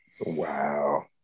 Wow